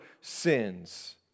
sins